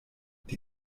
die